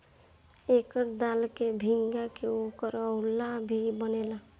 एकर दाल के भीगा के ओकर हलुआ भी बनेला